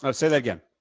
um say that again?